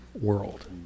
world